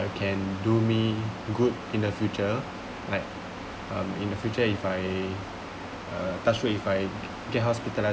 can do me good in the future like um in the future if I uh touch wood if I get hospitalised